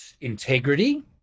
integrity